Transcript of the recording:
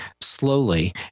slowly